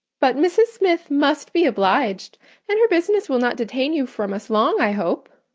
but mrs. smith must be obliged and her business will not detain you from us long i hope.